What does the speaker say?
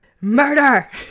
Murder